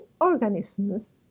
organisms